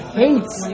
hates